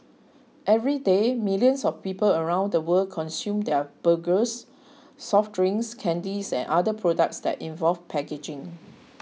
everyday millions of people around the world consume their burgers soft drinks candies and other products that involve packaging